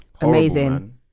Amazing